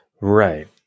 right